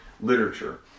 literature